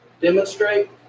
demonstrate